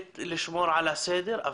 לשמור על הסדר,